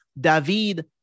David